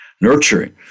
nurturing